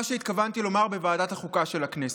שהתכוונתי לומר בוועדת החוקה של הכנסת.